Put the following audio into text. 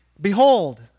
Behold